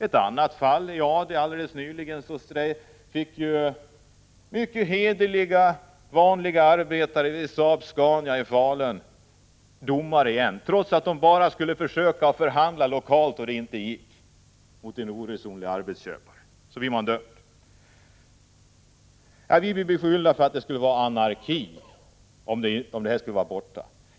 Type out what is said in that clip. Nyligen blev vanliga hederliga arbetare vid SAAB-Scania i Falun dömda i arbetsdomstolen, trots att de bara skulle försöka förhandla lokalt med en oresonlig arbetsköpare. Vi blir beskyllda för att vilja skapa anarki, som påstås bli följden om fredsplikten upphävdes.